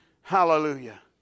Hallelujah